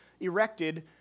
erected